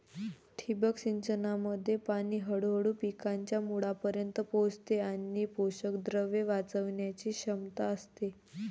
ठिबक सिंचनामध्ये पाणी हळूहळू पिकांच्या मुळांपर्यंत पोहोचते आणि पोषकद्रव्ये वाचवण्याची क्षमता असते